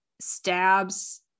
stabs